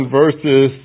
verses